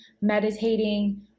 meditating